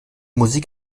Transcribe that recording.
musik